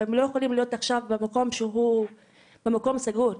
הם לא יכולים להיות במקום שהוא מקום סגור,